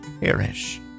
perish